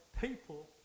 people